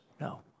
No